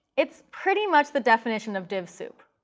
it's pretty much the definition of div soup.